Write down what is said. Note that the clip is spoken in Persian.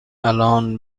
الان